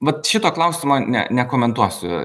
vat šito klausimo ne nekomentuosiu